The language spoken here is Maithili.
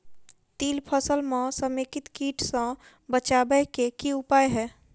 तिल फसल म समेकित कीट सँ बचाबै केँ की उपाय हय?